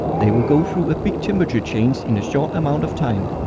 they will go through a big temperature change in a short amount of time.